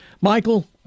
Michael